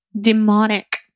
demonic